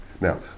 Now